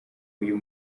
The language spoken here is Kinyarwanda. uyu